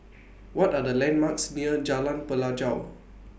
What Are The landmarks near Jalan Pelajau